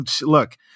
look